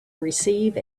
receive